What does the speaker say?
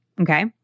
Okay